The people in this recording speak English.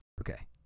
Okay